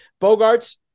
Bogarts